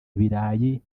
ibirayi